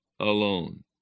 alone